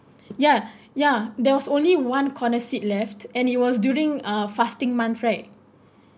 ya ya there was only one corner seat left and it was during uh fasting month right